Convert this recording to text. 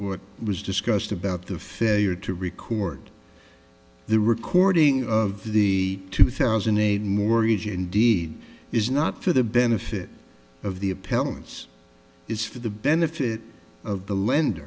what was discussed about the failure to record the recording of the two thousand and eight mortgage indeed is not for the benefit of the appellant's is for the benefit of the lend